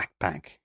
backpack